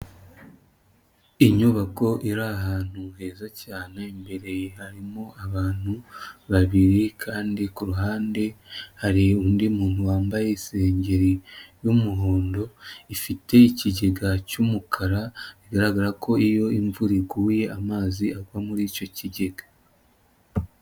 Inyubako iri ahantu heza cyane, imbere harimo abantu babiri kandi ku ruhande hari undi muntu wambaye isengeri y'umuhondo, ifite ikigega cy'umukara, bigaragara ko iyo imvura iguye amazi agwa muri icyo kigega.